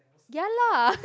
ya lah